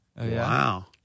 Wow